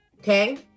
Okay